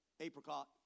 apricot